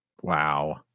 Wow